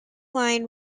line